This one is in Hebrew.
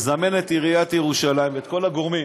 מזמן את עיריית ירושלים ואת כל הגורמים